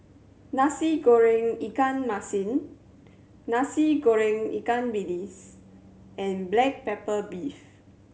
Nasi Goreng ikan masin Nasi Goreng ikan bilis and black pepper beef